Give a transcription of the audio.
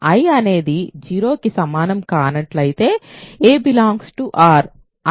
I అనేది 0కి సమానం కానట్లయితే a R Iలో a 0